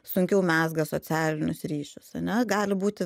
sunkiau mezga socialinius ryšius ane gali būti